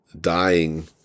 dying